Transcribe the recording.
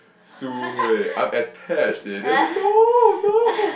Su-Hui I am attached leh then they no no